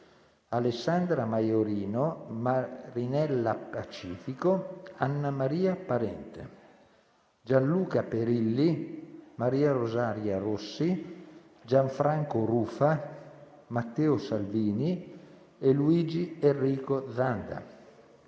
Alessandra Maiorino, Marinella Pacifico, Annamaria Parente, Gianluca Perilli, Mariarosaria Rossi, Gianfranco Rufa, Matteo Salvini e Luigi Enrico Zanda;